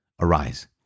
arise